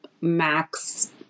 Max